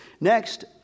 Next